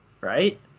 right